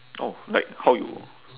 oh like how you